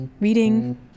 reading